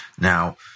Now